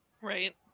Right